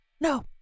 No